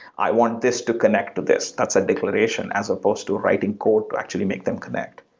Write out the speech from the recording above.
i want this to connect to this. that's a declaration as supposed to writing code to actually make them connect.